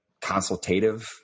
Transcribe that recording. consultative